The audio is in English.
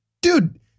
Dude